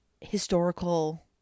historical